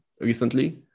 recently